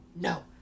no